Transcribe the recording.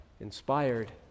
inspired